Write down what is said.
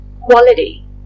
quality